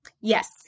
Yes